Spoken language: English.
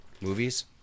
Movies